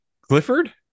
Clifford